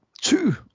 two